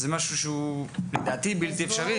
זה משהו שהוא בלתי אפשרי.